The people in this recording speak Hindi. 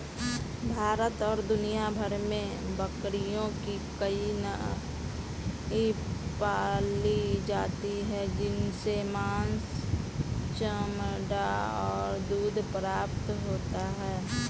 भारत और दुनिया भर में बकरियों की कई नस्ले पाली जाती हैं जिनसे मांस, चमड़ा व दूध प्राप्त होता है